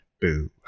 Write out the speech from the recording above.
Boo